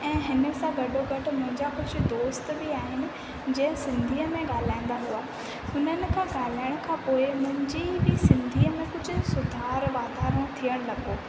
ऐं हिन सां गॾो गॾु मुंहिंजा कुझु दोस्त बि आहिनि जंहिं सिंधीअ में ॻाल्हाईंदा हुआ हिननि खां ॻाल्हाइण खां पोए मुंहिंजी बि सिंधीअ में कुझु सुधार वाधारो थियणु लॻो